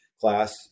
class